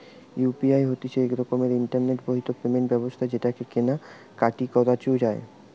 UPI হতিছে এক রকমের ইন্টারনেট বাহিত পেমেন্ট ব্যবস্থা যেটাকে কেনা কাটি করাঢু যায়